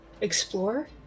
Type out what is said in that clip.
Explore